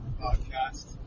podcast